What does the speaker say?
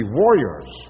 warriors